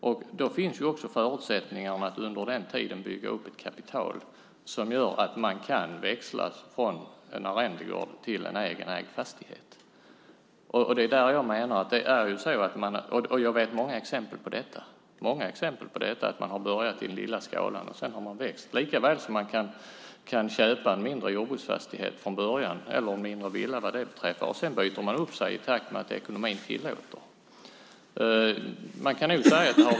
Under den tiden har det funnits förutsättningar att bygga upp ett kapital som gör att man kan växla från en arrendegård till en egen ägd fastighet. Jag känner till många exempel där man har börjat i liten skala och sedan växt. Det är precis som att köpa en mindre jordbruksfastighet eller en mindre villa och byta upp sig i takt med att ekonomin tillåter det.